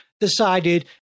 decided